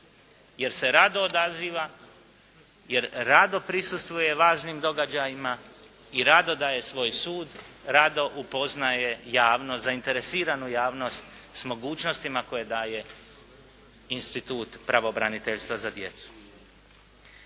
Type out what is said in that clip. jer se rado odaziva, jer rado prisustvuje važnim događajima i rado daje svoj sud, rado upoznaje javnost, zainteresiranu javnost s mogućnostima koje daje institut pravobraniteljstva za djecu.